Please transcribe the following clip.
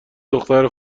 دختر